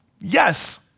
Yes